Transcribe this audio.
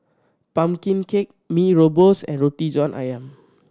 pumpkin cake Mee Rebus and Roti John Ayam